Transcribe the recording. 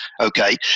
Okay